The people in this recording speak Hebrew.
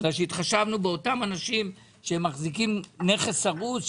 התחשבנו באותם אנשים שמחזיקים נכס הרוס.